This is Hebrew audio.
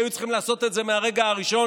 היו צריכים לעשות את זה מהרגע הראשון,